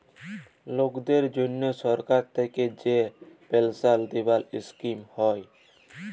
লকদের জনহ সরকার থাক্যে যে পেলসাল দিবার স্কিম হ্যয়